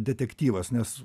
detektyvas nes